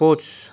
कस